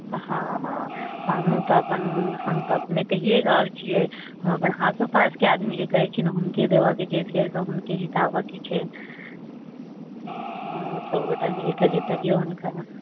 हँ हँ हमहूँ तऽ अपन हम तऽ अपने कहिये रहल छियै अगर आसोपासके आदमीके कहैत छिअनि हुनके देबऽके छियै तऽ हुनके जिताबऽके छै हँ सबगोटा मिलकऽ जितबियौ हुनका